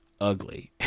ugly